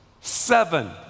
Seven